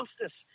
justice